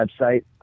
website